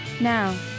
Now